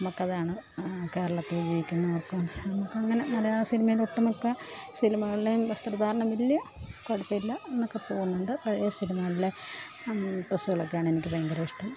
നമുക്കതാണ് കേരളത്തിലുപയോഗിക്കുന്നവർക്കും നമുക്കങ്ങനെ മലയാള സിനിമയിലൊട്ടുമിക്ക സിനിമകളിലേയും വസ്ത്രധാരണം വലിയ കുഴപ്പമില്ല അങ്ങനെയൊക്കെ പോവണുണ്ട് പഴയ സിനിമകളിലെ ഡ്രസ്സുകളൊക്കെയാണ് എനിക്ക് ഭയങ്കര ഇഷ്ടം